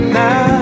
now